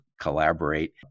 collaborate